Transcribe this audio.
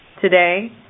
today